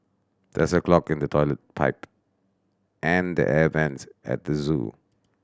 there is a clog in the toilet pipe and the air vents at the zoo